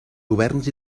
governs